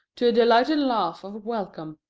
to a delighted laugh of welcome,